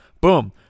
boom